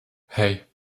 hei